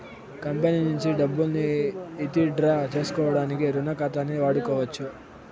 company నుంచి డబ్బుల్ని withdraw సేసుకోడానికి రుణ ఖాతాని వాడుకోవచ్చు